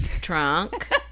trunk